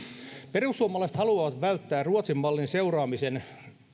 perussuomalaiset haluavat välttää ruotsin mallin seuraamisen